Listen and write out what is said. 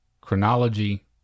chronology